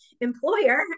employer